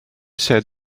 said